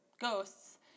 ghosts